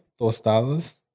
tostadas